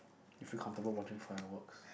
you feel comfortable watching fireworks